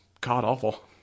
god-awful